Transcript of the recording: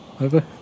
over